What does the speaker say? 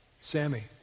Sammy